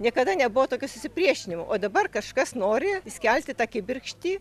niekada nebuvo tokių susipriešinimų o dabar kažkas nori įskelti tą kibirkštį